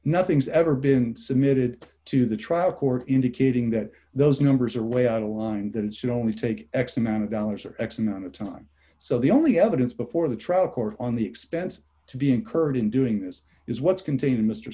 nothing's ever been submitted to the trial court indicating that those numbers are way out of line that it should only take x amount of dollars or x amount of time so the only evidence before the trial court on the expense to be incurred in doing this is what's contain